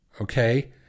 okay